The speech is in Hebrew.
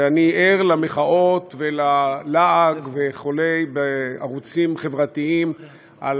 ואני ער למחאות וללעג וכו' בערוצים חברתיים על